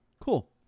Cool